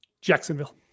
Jacksonville